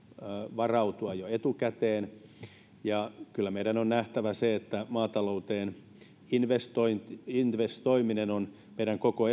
varautua jo etukäteen ja kyllä meidän on nähtävä se että maatalouteen investoiminen on meidän koko